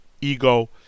ego